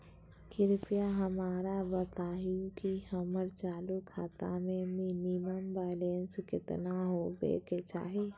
कृपया हमरा बताहो कि हमर चालू खाता मे मिनिमम बैलेंस केतना होबे के चाही